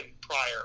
prior